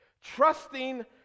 Trusting